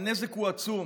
והנזק הוא עצום.